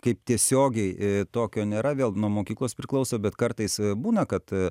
kaip tiesiogiai e tokio nėra vėl nuo mokyklos priklauso bet kartais būna kad